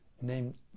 named